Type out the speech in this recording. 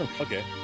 Okay